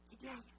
together